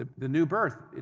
ah the new birth,